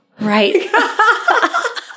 Right